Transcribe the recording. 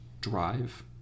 drive